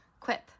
Quip